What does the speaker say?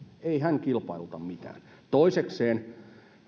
ei hän kilpailuta mitään toisekseen